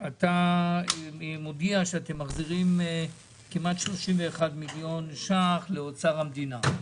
אתה מודיע היום שאתם מחזירים כמעט 31 מיליון ש"ח לאוצר המדינה,